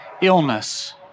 illness